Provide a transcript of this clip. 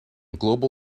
global